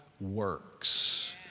works